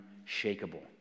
unshakable